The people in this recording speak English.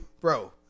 Bro